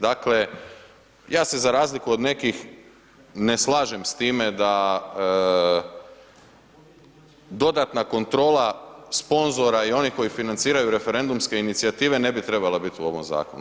Dakle, ja se za razliku od nekih ne slažem s time da dodatna kontrola sponzora i onih koji financiraju referendumske inicijative ne bi trebala biti u ovom zakonu.